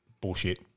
Bullshit